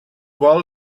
vol